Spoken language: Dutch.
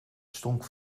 stonk